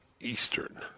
eastern